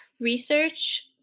research